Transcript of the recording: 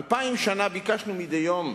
אלפיים שנה ביקשנו מדי יום: